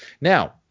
now